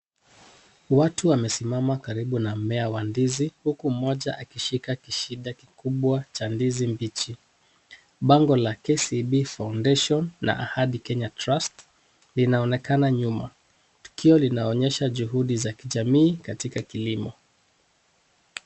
Watu wamesimama karibu na mmea wa ndizi, huku mmoja akishika kishida kikubwa cha ndizi mbichi, bango la KCB Foundation na Ahadi Kenya Trust linaonekana nyuma, tukio linaonyesha juhudi za kijamii katika kilimo.